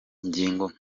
ingingo